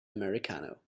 americano